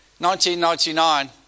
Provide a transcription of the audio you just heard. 1999